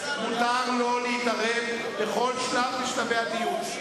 מותר לו להתערב בכל שלב משלבי הדיון.